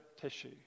tissue